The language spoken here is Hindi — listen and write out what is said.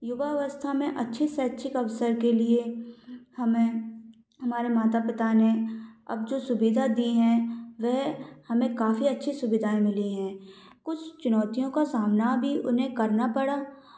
युवावस्था में अच्छे से अच्छे अवसर के लिए हमें हमारे माता पिता ने अब जो सुविधा दी हैं वह हमें काफ़ी अच्छी सुविधाएं मिली हैं कुछ चुनौतियों का सामना भी उन्हें करना पड़ा